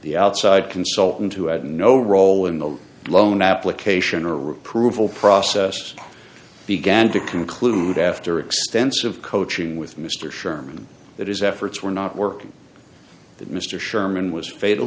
the outside consultant who had no role in the loan application or approval process began to conclude after extensive coaching with mr sherman that his efforts were not working that mr sherman was